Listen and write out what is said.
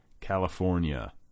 California